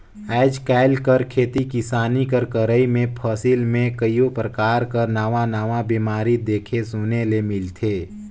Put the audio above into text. आएज काएल कर खेती किसानी कर करई में फसिल में कइयो परकार कर नावा नावा बेमारी देखे सुने ले मिलथे